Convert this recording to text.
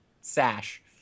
sash